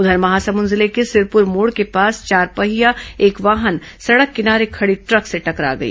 उधर महासमुंद जिले के सिरपुर मोड़ के पास चारपहिया एक वाहन सड़क किनारे खड़ी ट्रक से टकरा गई